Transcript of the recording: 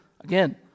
Again